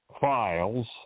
files